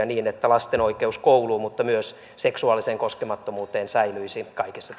niin että lasten oikeus kouluun mutta myös seksuaaliseen koskemattomuuteen säilyisi kaikissa